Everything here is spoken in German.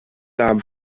nahm